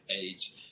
age